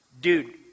dude